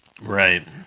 Right